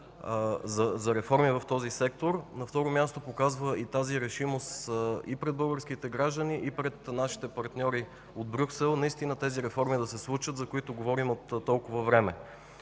за реформи в този сектор, на второ място, показва тази решимост и пред българските граждани, и пред нашите партньори от Брюксел наистина тези реформи, за които говорим от толкова време,